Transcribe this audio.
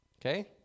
Okay